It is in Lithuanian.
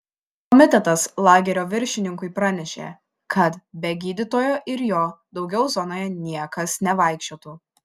komitetas lagerio viršininkui pranešė kad be gydytojo ir jo daugiau zonoje niekas nevaikščiotų